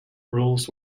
rules